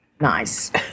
Nice